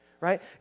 right